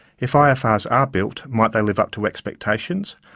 if ifrs are built, might they live up to expectations?